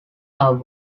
are